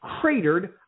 cratered